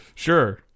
Sure